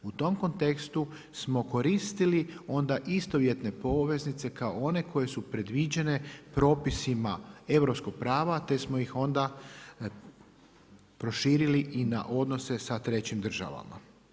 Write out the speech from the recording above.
U tom kontekstu smo koristili onda istovjetne poveznice, kao one koje su predviđene propisima europskih prava, te smo ih onda proširili i na odnose sa trećim državama.